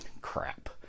Crap